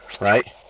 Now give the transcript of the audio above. right